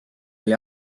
oli